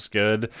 good